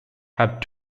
have